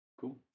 Cool